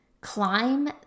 climb